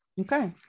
Okay